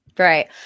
Right